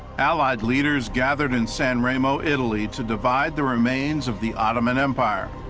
allied leaders gathered in san ramo, italy, to divide the remains of the ottoman empire.